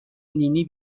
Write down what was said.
نینی